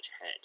head